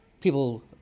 people